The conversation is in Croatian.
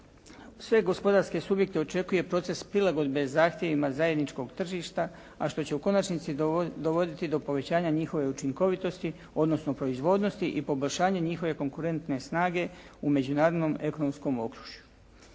sve gospodarske subjekte očekuje proces prilagodbe zahtjevima zajedničkog tržišta a što će u konačnici dovoditi do povećanja njihove učinkovitosti, odnosno proizvodnosti i poboljšanje njihove konkurentne snage u međunarodnom ekonomskom okružju.